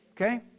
Okay